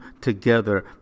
together